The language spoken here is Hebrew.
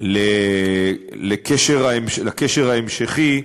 לקשר ההמשכי.